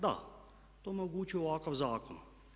Da, to omogućuje ovakav zakon.